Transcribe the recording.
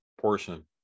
portion